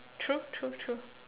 true true true